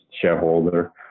shareholder